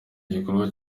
igikorwa